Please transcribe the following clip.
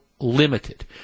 limited